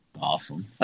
Awesome